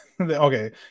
okay